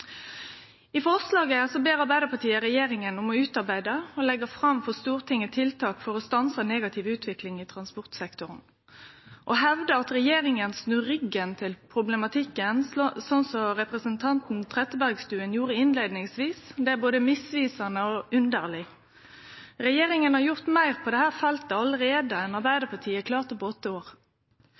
I forslaget ber Arbeidarpartiet regjeringa om å utarbeide og leggje fram for Stortinget tiltak for å stanse den negative utviklinga i transportsektoren. Å hevde at regjeringa snur ryggen til problematikken, slik representanten Trettebergstuen gjorde innleiingsvis, er både misvisande og underleg. Regjeringa har gjort meir på dette feltet allereie enn Arbeidarpartiet klarte på åtte år.